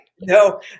No